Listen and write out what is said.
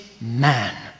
man